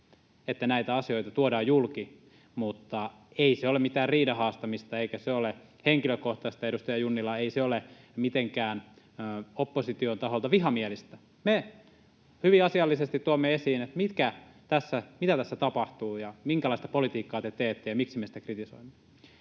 että näitä asioita tuodaan julki, mutta ei se ole mitään riidan haastamista eikä se ole henkilökohtaista, edustaja Junnila, ei se ole mitenkään opposition taholta vihamielistä. Me hyvin asiallisesti tuomme esiin, mitä tässä tapahtuu ja minkälaista politiikkaa te teette ja miksi me sitä kritisoimme.